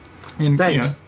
Thanks